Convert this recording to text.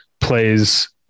plays